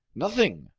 nothing,